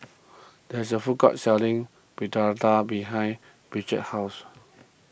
there is a food court selling Fritada behind Bridgett's house